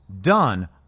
done